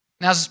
Now